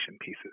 pieces